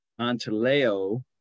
Antileo